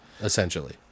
essentially